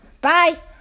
Bye